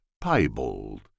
piebald